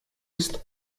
ist